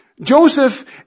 Joseph